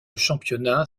championnat